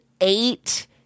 eight